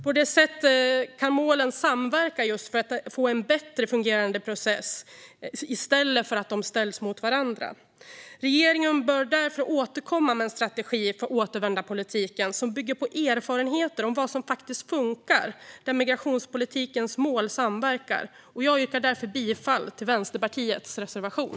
På detta sätt kan målen samverka för en bättre fungerande process i stället för att de ställs emot varandra. Regeringen bör därför återkomma med en strategi för återvändandepolitiken som bygger på erfarenheter av vad som faktiskt funkar och där migrationspolitikens mål samverkar. Jag yrkar därför bifall till Vänsterpartiets reservation.